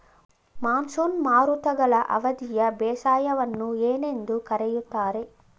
Monsoon ಮಾರುತಗಳ ಅವಧಿಯ ಬೇಸಾಯವನ್ನು ಏನೆಂದು ಕರೆಯುತ್ತಾರೆ?